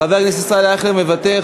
חבר הכנסת ישראל אייכלר מוותר.